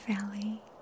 valley